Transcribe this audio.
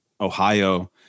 Ohio